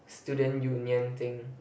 student union thing